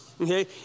okay